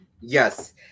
Yes